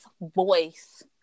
voice